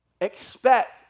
Expect